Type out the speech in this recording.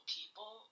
people